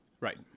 Right